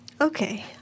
Okay